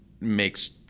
makes